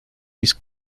mis